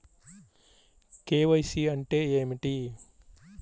KYC అంటే ఏమిటి?